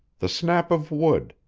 the snap of wood,